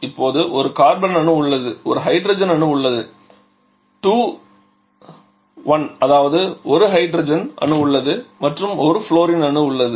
இப்போது ஒரு கார்பன் அணு உள்ளது ஒரு ஹைட்ரஜன் அணு உள்ளது 2 1 அதாவது 1 ஹைட்ரஜன் அணு உள்ளது மற்றும் ஒரு ஃப்ளோரின் அணுவும் உள்ளது